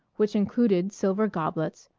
which included silver goblets,